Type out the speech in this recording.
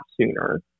sooner